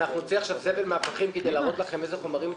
נוציא עכשיו זבל מהפחים כדי להראות לכם אילו חומרים התקלקלו?